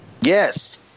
Yes